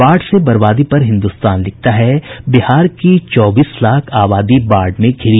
बाढ़ से बर्बादी पर हिन्दुस्तान लिखता है बिहार की चौबीस लाख आबादी बाढ़ में घिरी